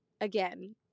again